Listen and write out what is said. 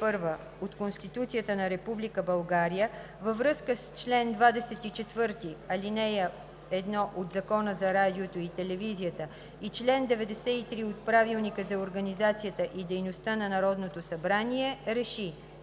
1 от Конституцията на Република България във връзка с чл. 24, ал. 1 от Закона за радиото и телевизията и чл. 93 от Правилника за организацията и дейността на Народното събрание